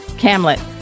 hamlet